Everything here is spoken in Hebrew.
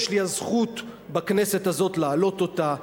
יש לי הזכות בכנסת הזאת להעלות אותה.